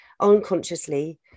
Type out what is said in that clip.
unconsciously